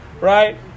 right